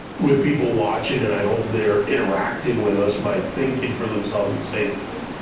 with people watching, and i hope they're interacting with us by thinking for themselves at the same time,